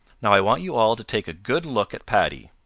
now i want you all to take a good look at paddy.